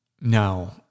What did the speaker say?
Now